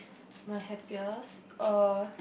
my happiest uh